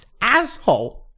asshole